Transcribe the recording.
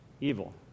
evil